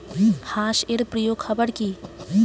হাঁস এর প্রিয় খাবার কি?